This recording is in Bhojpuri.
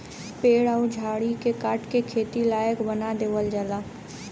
पेड़ अउर झाड़ी के काट के खेती लायक बना देवल जाला